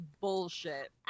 bullshit